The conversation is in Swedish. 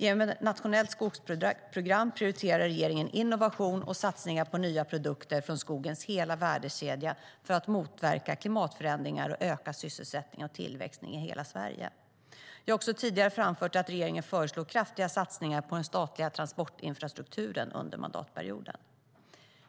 Genom ett nationellt skogsprogram prioriterar regeringen innovation och satsningar på nya produkter från skogens hela värdekedja för att motverka klimatförändringar och öka sysselsättning och tillväxt i hela Sverige.Jag har också tidigare framfört att regeringen föreslår kraftiga satsningar på den statliga transportinfrastrukturen under mandatperioden.